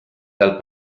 dal